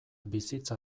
bizitza